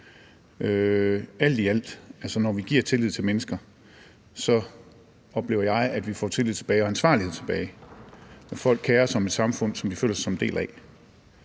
alt i alt. Når vi viser tillid til mennesker, oplever jeg, at vi får tillid og ansvarlighed tilbage. Folk kerer sig om et samfund, som de føler sig som en del af.